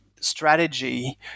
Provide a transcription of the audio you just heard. strategy